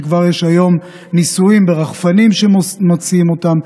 וכבר יש היום ניסויים ברחפנים שמוצאים אותם.